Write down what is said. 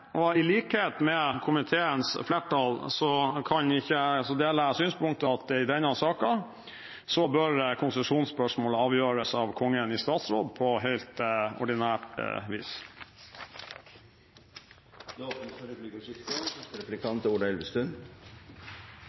og i likhet med komiteens flertall deler jeg det synspunkt at i denne saken bør konsesjonsspørsmålet avgjøres av Kongen i statsråd på helt ordinært vis. Det blir replikkordskifte.